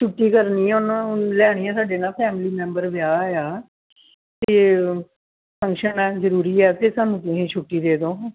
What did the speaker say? ਛੁੱਟੀ ਕਰਨੀ ਹੈ ਉਹਨੂੰ ਲੈਣੀ ਹੈ ਸਾਡੇ ਨਾ ਫੈਮਿਲੀ ਮੈਂਬਰ ਵਿਆਹ ਆ ਅਤੇ ਫੰਕਸ਼ਨ ਹੈ ਜ਼ਰੂਰੀ ਹੈ ਅਤੇ ਸਾਨੂੰ ਤੁਸੀਂ ਛੁੱਟੀ ਦੇ ਦਿਉ ਹੁਣ